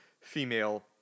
female